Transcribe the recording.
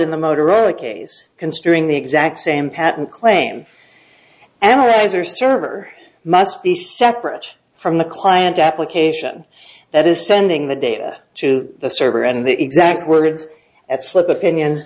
in the motorola case considering the exact same patent claim analyzer server must be separate from the client application that is sending the data to the server and the exact words that slip opinion